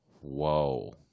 Whoa